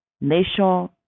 nation